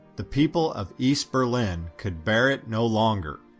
the people of east berlin could bear it no longer.